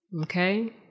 okay